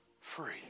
free